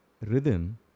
rhythm